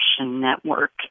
Network